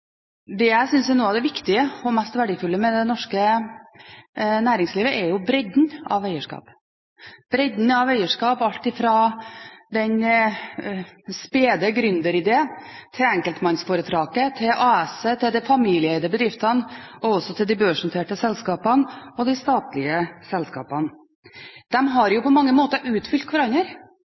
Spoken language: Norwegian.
det jeg synes er noe av det viktigste og mest verdifulle med det norske næringslivet, er bredden av eierskap – alt fra den spede gründeridé til enkeltpersonforetaket, fra AS-et til de familieeide bedriftene, de børsnoterte selskapene og statlige selskapene. De har på mange måter utfylt hverandre.